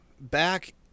Back